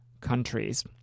countries